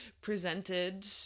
presented